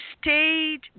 stayed